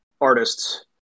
artists